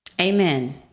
amen